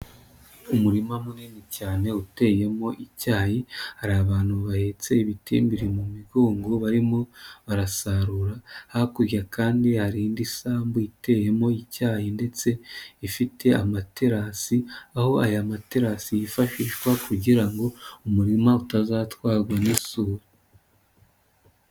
Umurima munini cyane uteyemo icyayi hari abantu bahetse ibitimbiri mu migongo barimo barasarura, hakurya kandi hari indi sambu iteyemo icyayi ndetse ifite amaterasi aho aya materasi yifashishwa kugira ngo umurima utazatwarwa n'isuri.